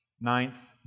Ninth